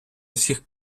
всіх